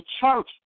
church